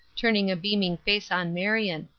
turning a beaming face on marion.